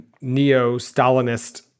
neo-Stalinist